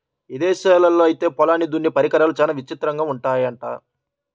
ఇదేశాల్లో ఐతే పొలాల్ని దున్నే పరికరాలు చానా విచిత్రంగా ఉంటయ్యంట